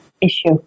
issue